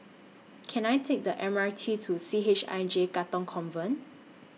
Can I Take The M R T to C H I J Katong Convent